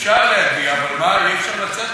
אפשר להגיע, אבל מה, אי-אפשר לצאת